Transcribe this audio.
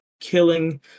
killing